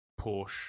Porsche